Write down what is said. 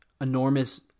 enormous